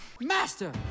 Master